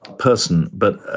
person, but,